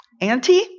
Auntie